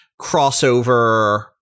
crossover